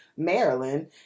Maryland